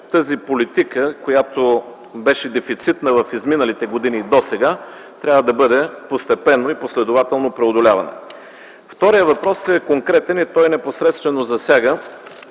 тази политика, която беше дефицитна в изминалите години досега, трябва да бъде постепенно и последователно преодолявана. Вторият въпрос е конкретен. Той непосредствено засяга